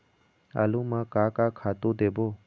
आलू म का का खातू देबो?